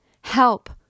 Help